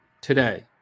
today